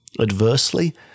adversely